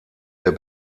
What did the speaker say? der